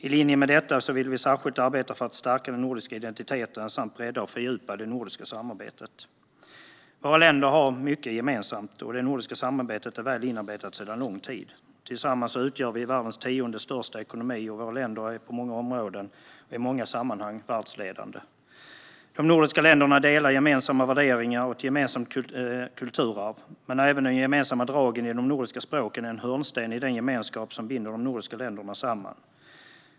I linje med detta vill vi särskilt arbeta för att stärka den nordiska identiteten samt bredda och fördjupa det nordiska samarbetet. Våra länder har mycket gemensamt, och det nordiska samarbetet är sedan lång tid väl inarbetat. Tillsammans utgör vi världens tionde största ekonomi, och våra länder är på många områden och i många sammanhang världsledande. De nordiska länderna har gemensamma värderingar och ett gemensamt kulturarv. Men även de gemensamma dragen i de nordiska språken är en hörnsten i den gemenskap som binder samman de nordiska länderna.